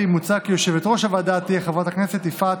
אבקש כי חברי הכנסת והכנסת יאשרו את הצעת